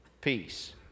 peace